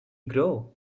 grow